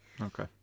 Okay